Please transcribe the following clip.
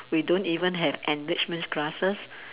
we don't even have enrichment classes